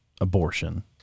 abortion